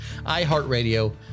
iHeartRadio